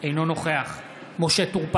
אינו נוכח משה טור פז,